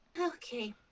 Okay